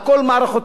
על כל מערכותיה,